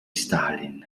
stalin